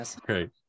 Great